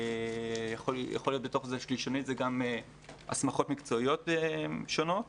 יכול להיות בתוך שלישונית גם הסמכות מקצועיות שונות,